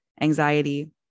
anxiety